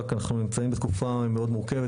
רק אנחנו נמצאים בתקופה מאוד מורכבת,